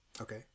Okay